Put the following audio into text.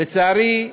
לצערי,